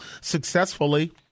successfully